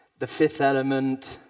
the fifth element,